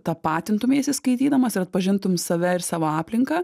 tapatintumeisi skaitydamas ir atpažintum save ir savo aplinką